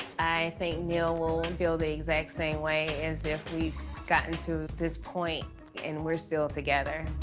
i think neal will will feel the exact same way as if we've gotten to this point and we're still together.